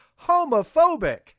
homophobic